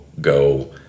go